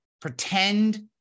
pretend